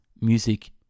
music